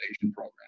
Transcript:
program